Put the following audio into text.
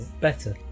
Better